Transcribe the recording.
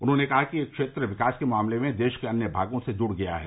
उन्होंने कहा कि यह क्षेत्र विकास के मामले में देश के अन्य भागों से जुड़ गया है